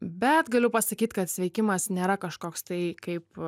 bet galiu pasakyt kad sveikimas nėra kažkoks tai kaip